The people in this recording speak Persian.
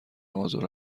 آزار